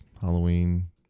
Halloween